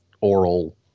oral